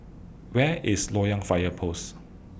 Where IS Loyang Fire Post